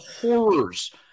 horrors